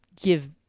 give